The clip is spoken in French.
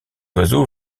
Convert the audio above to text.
oiseau